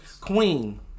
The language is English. Queen